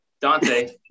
Dante